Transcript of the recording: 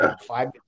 five